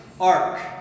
ark